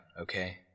okay